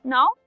Now